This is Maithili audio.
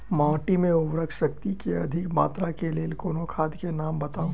माटि मे उर्वरक शक्ति केँ अधिक मात्रा केँ लेल कोनो खाद केँ नाम बताऊ?